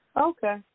Okay